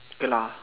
okay lah